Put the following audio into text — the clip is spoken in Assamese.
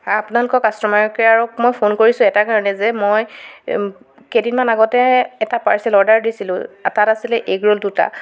আ আপোনালোকৰ কাষ্টমাৰ কেয়াৰক মই ফোন কৰিছো এটা কাৰেণেই যে মই কেইদিনমান আগতে এটা পাৰ্চেল অৰ্ডাৰ দিছিলো তাত আছিলে এগ ৰ'ল দুটা